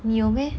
你有 meh